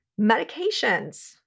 medications